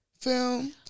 film